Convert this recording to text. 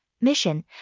mission